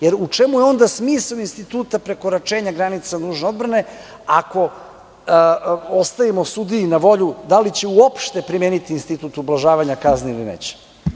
Jer, u čemu je onda smisao instituta prekoračenja granice nužne odbrane, ako ostavimo sudiji na volju da li će uopšte primeniti institut ublažavanja kazne ili neće?